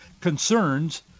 concerns